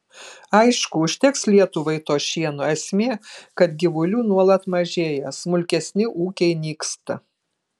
aišku užteks lietuvai to šieno esmė kad gyvulių nuolat mažėja smulkesni ūkiai nyksta